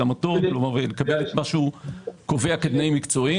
נקבל את הסכמתו ואת מה שהוא קובע כתנאים מקצועיים.